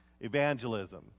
evangelism